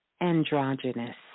androgynous